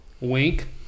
Wink